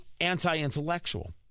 anti-intellectual